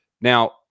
Now